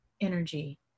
energy